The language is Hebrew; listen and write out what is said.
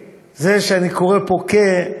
כ-44,000, זה שאני קורא פה "כ"